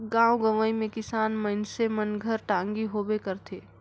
गाँव गंवई मे किसान मइनसे मन घर टागी होबे करथे